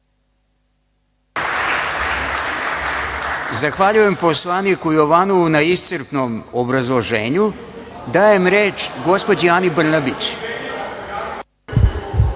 Zahvaljujem poslaniku Jovanovu na iscrpnom obrazloženju. Dajem reč gospođi Ani Brnabić.